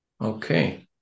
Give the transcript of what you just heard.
okay